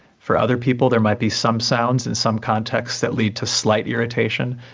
for other people there might be some sounds in some contexts that lead to slight irritation,